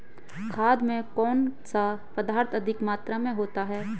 खाद में कौन सा पदार्थ अधिक मात्रा में होता है?